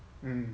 mm